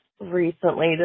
Recently